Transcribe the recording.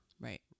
right